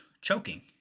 choking